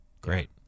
Great